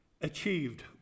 achieved